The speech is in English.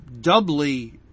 doubly